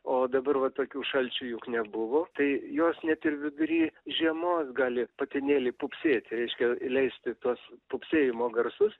o dabar va tokių šalčių juk nebuvo tai jos net ir vidury žiemos gali patinėliai pupsėti reiškia leisti tuos pupsėjimo garsus